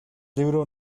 libro